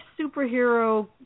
superhero